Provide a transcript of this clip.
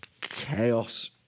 chaos